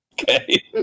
Okay